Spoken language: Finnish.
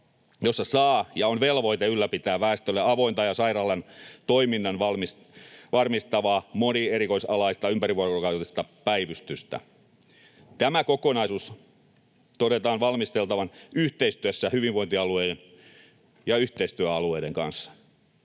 jossa saa ja on velvoite ylläpitää väestölle avointa ja sairaalan toiminnan varmistavaa monierikoisalaista ympärivuorokautista päivystystä. Tämä kokonaisuus todetaan valmisteltavan yhteistyössä hyvinvointialueiden ja yhteistyöalueiden kanssa.